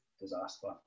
disaster